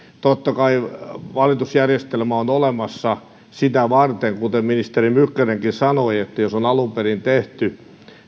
totta kai valitusjärjestelmä on olemassa sitä varten kuten ministeri mykkänenkin sanoi että on alun perin tehty